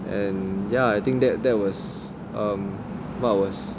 and ya I think that that was um what was